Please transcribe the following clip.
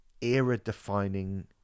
era-defining